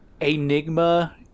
Enigma